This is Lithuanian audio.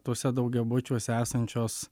tuose daugiabučiuose esančios